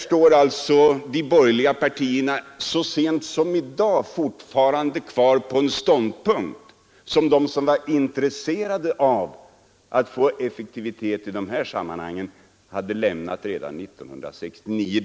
Men här står de borgerliga partierna i dag fortfarande kvar på den ståndpunkt som de människor vilka var intresserade av att skapa effektivitet i dessa sammanhang hade lämnat redan 1969.